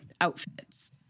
outfits